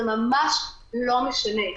זה ממש לא משנה.